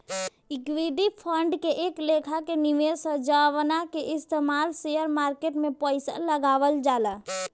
equity fund एक लेखा के निवेश ह जवना के इस्तमाल शेयर मार्केट में पइसा लगावल जाला